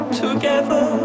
together